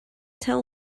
tell